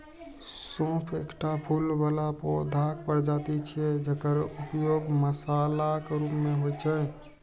सौंफ एकटा फूल बला पौधाक प्रजाति छियै, जकर उपयोग मसालाक रूप मे होइ छै